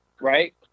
right